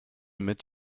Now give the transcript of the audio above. mit